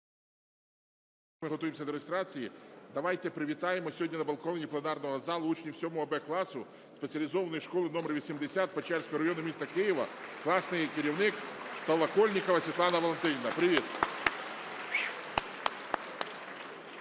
ми готуємося до реєстрації, давайте привітаємо сьогодні на балконі пленарного залу учнів 7-Б класу спеціалізованої школи № 80 Печерського району міста Києва, класний керівник Толокольнікова Світлана Валентинівна. Привіт!